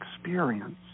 experience